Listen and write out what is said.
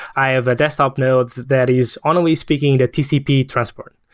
i have a desktop node that is only speaking the tcp transport.